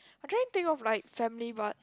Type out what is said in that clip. I trying to think of like family but